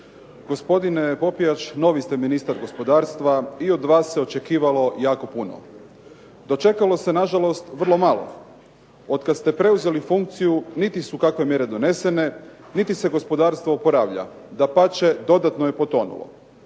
Gospodine Popijač, novi ste ministar gospodarstva i od vas se očekivalo jako puno. Dočekalo se na žalost vrlo malo. Od kad ste preuzeli funkciju niti su kakve mjere donesene, niti se gospodarstvo oporavlja. Dapače, dodatno je potonulo.